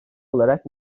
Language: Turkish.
olarak